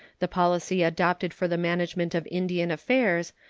the policy adopted for the management of indian affairs,